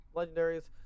legendaries